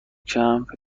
کمپ